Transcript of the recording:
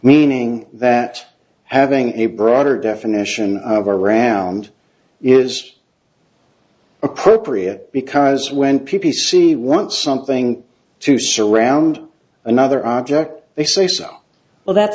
meaning that having a broader definition of a round is appropriate because when p p c want something to surround another object they say so well that's